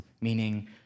meaning